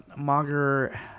Mager